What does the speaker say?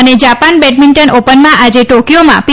અને Japan badminton ઓપનમાં આજે ટોકિયોમાં પી